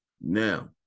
Now